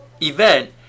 event